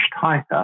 tighter